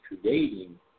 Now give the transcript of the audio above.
creating